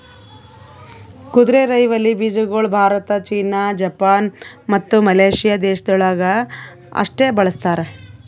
ಕುದುರೆರೈವಲಿ ಬೀಜಗೊಳ್ Bharat, China, Japan, ಮತ್ತ ಮಲೇಷ್ಯಾ ದೇಶಗೊಳ್ದಾಗ್ ಅಷ್ಟೆ ಬೆಳಸ್ತಾರ್